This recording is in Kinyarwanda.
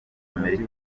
amerika